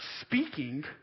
speaking